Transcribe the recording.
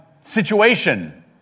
situation